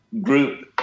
group